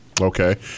Okay